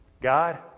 God